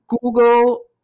Google